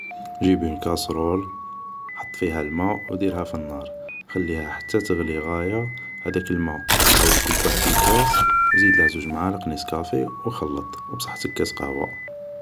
جيب اون كاسرول حط فيها الماء و ديرها في النار خليها حتى تغلي غاية هداك الماء كبه في كاس وزيدله زوج معالق ناسكافي وخلط و بصحتك كاس قهوة